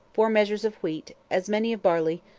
four measures of wheat, as many of barley,